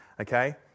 Okay